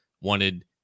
wanted –